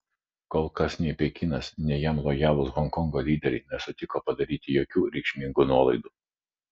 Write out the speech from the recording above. kol kas nei pekinas nei jam lojalūs honkongo lyderiai nesutiko padaryti jokių reikšmingų nuolaidų